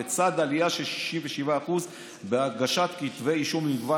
לצד עלייה של 67% בהגשת כתבי אישום במגוון